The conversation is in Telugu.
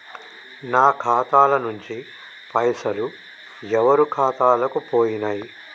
నా ఖాతా ల నుంచి పైసలు ఎవరు ఖాతాలకు పోయినయ్?